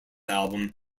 album